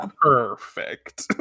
perfect